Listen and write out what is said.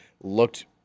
looked